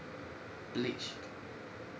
bleached